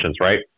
Right